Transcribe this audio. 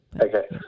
Okay